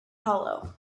hollow